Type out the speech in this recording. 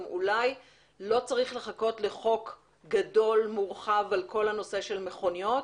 אולי לא צריך לחכות לחוק גדול ומורחב בכל הנושא של מכוניות